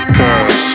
cause